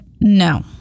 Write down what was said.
no